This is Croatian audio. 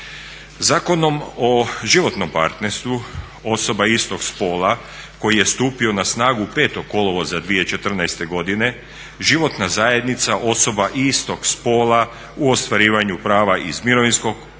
Zakonom o životnom partnerstvu osoba istog spola koji je stupio na snagu 5. kolovoza 2014. godine životna zajednica osoba istog spola u ostvarivanju prava iz mirovinskog osiguranja